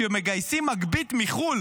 כשמגייסים מגבית מחו"ל